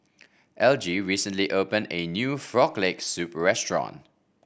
Elgie recently opened a new Frog Leg Soup restaurant